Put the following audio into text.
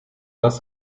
das